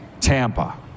Tampa